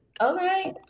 Okay